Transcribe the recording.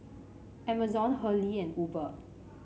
Amazon Hurley and Uber